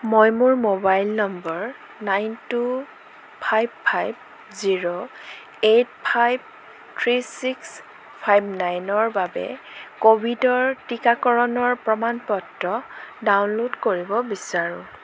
মই মোৰ mobile number nine two five five zero eight five three six five নাইনৰ বাবে ক'ভিডৰ টীকাকৰণৰ প্ৰমাণ পত্ৰ ডাউনল'ড কৰিব বিচাৰোঁ